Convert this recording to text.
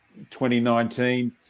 2019